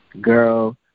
Girl